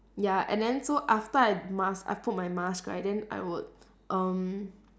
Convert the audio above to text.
ya and then so after I mask I put my mask right then I would um